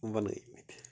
بنٲومِتۍ